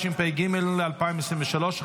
התשפ"ג 2023,